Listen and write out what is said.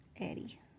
Eddie